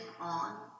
on